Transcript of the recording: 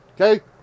Okay